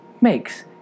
makes